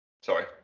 Sorry